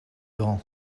grand